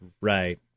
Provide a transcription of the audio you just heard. Right